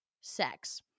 sex